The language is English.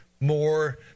more